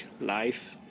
life